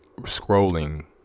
scrolling